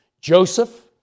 Joseph